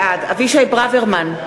בעד אבישי ברוורמן,